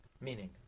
meaning